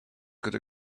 could